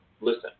listen